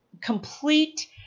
complete